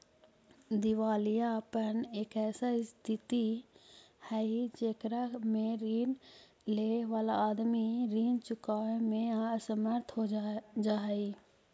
दिवालियापन एक ऐसा स्थित हई जेकरा में ऋण लेवे वाला आदमी ऋण चुकावे में असमर्थ हो जा हई